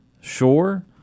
sure